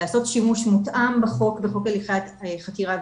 לעשות שימוש מותאם בחוק הליכי חקירה,